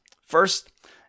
first